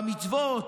במצוות.